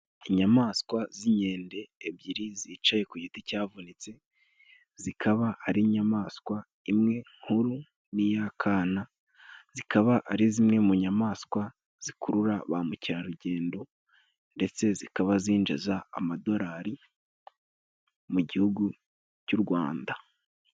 Inyamaswa z'inkende ebyiri zicaye ku giti cyavunitse. Zikaba ari inyamaswa imwe nkuru n'iy'akana. Zikaba ari zimwe mu nyamaswa zikurura ba mukerarugendo, ndetse zikaba zinjiza amadolari mu gihugu cy'u Rwanda.